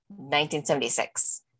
1976